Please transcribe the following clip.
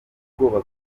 ubwoba